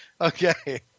Okay